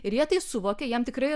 ir jie tai suvokė jiem tikrai